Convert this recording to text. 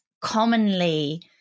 commonly